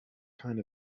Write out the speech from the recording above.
kind